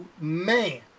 man